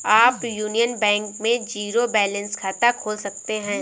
आप Union Bank में zero balance खाता खोल सकते हैं